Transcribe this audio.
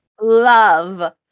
love